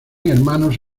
hermanos